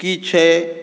की छै